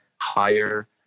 higher